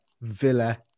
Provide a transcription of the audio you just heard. Villa